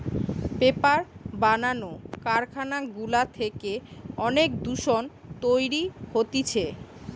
paper বানানো কারখানা গুলা থেকে অনেক দূষণ তৈরী হতিছে